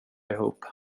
ihop